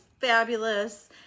fabulous